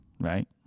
right